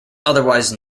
otherwise